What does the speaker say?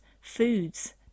foods